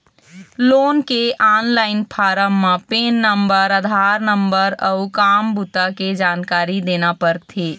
loan के online form म PAN number, Aadhaar number अउ काम बूता के जानकारी देना परथे